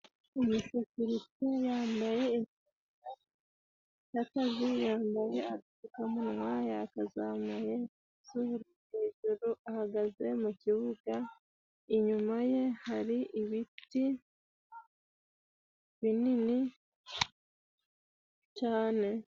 Umusekirite yambaye imyenda y'akazi, yambaye agapfukamunwa yakazamuye ku mazuru hejuru, ahagaze mu kibuga, inyuma ye hari ibiti binini cyane.